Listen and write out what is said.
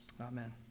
amen